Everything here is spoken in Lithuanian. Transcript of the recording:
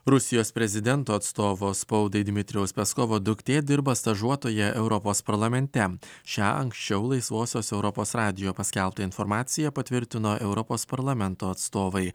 rusijos prezidento atstovo spaudai dmitrijaus paskovo duktė dirba stažuotoja europos parlamente šią anksčiau laisvosios europos radijo paskelbtą informaciją patvirtino europos parlamento atstovai